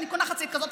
אני קונה חצאית כזאת.